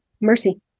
Mercy